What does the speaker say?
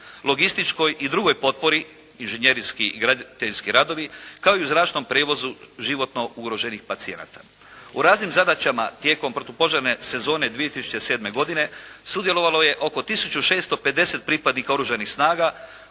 logističkoj i drugoj potpori, inžinjerijski i graditeljski radovi, kao i u zračnom prijevozu životno ugroženih pacijenata. U raznim zadaćama tijekom protupožarne sezone tijekom 2007. godine sudjelovalo je oko 1650 pripadnika Oružanih snaga